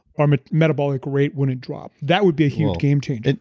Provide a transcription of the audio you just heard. um ah metabolic rate wouldn't dropped, that would be a huge game changer. and